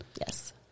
Yes